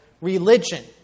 religion